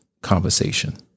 conversation